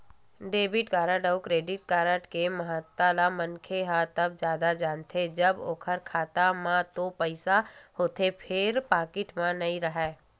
debit card अउ credit card के महत्ता ल मनखे ह तब जादा जानथे जब ओखर खाता म तो पइसा होथे फेर पाकिट म नइ राहय